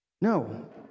no